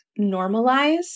normalize